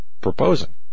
proposing